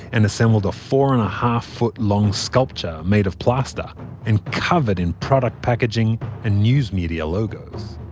and assembled a four-and-a-half-foot-long sculpture made of plaster and covered in product packaging and news media logos.